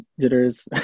jitters